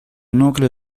núcleo